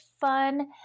fun